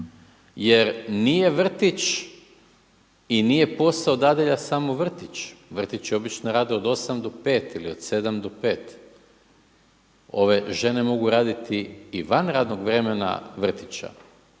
jer nije vrtić i nije posao dadilja samo vrtić. Vrtići obično rade od 8 do 17, ili od 7 do 17h. Ove žene mogu raditi van radnog vremena vrtića,